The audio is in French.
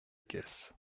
caisse